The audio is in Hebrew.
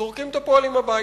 זורקים את הפועלים הביתה.